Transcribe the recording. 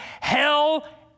hell